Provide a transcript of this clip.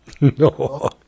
No